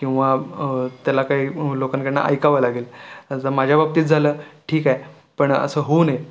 किंवा त्याला काही लोकांकडनं ऐकावं लागेल माझ्या बाबतीत झालं ठीक आहे पण असं होऊ नये